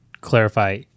clarify